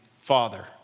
father